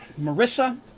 Marissa